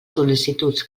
sol·licituds